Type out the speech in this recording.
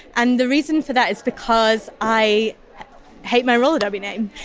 and the reason for that is because i hate my roller derby name.